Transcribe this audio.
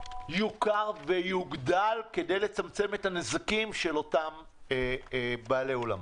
יוכר ויוגדל כדי לצמצם את הנזקים של אותם בעלי אולמות.